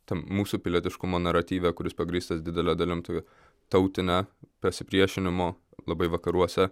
tam mūsų pilietiškumo naratyve kuris pagrįstas didele dalim tokia tautine pasipriešinimo labai vakaruose